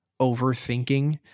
overthinking